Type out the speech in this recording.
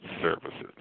services